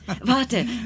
Warte